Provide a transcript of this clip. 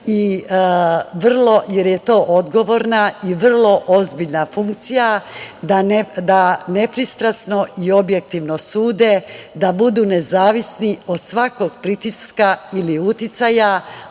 jer je to odgovorna i vrlo ozbiljna funkcija, da nepristrasno i objektivno sude, da budu nezavisni od svakog pritiska ili uticaja,